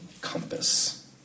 compass